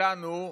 שלנו,